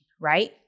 right